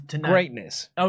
greatness